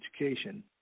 education